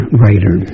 writer